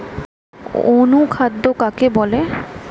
অনুখাদ্য কাকে বলে?